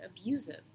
abusive